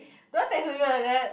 do I text to you like that